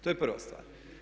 To je prva stvar.